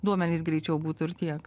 duomenys greičiau būtų ir tiek